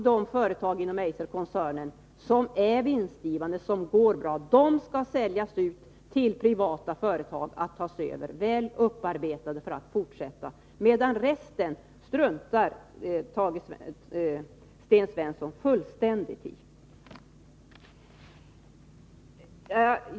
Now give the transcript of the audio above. De företag inom koncernen som är vinstgivande skall säljas ut till privata företag, att ta över väl upparbetade för att fortsätta, medan Sten Svensson struntar fullständigt i de övriga.